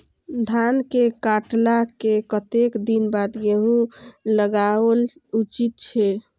धान के काटला के कतेक दिन बाद गैहूं लागाओल उचित छे?